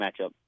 matchup